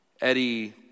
Eddie